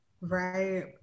right